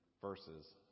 verses